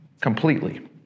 completely